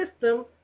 system